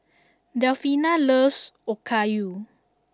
Delfina loves Okayu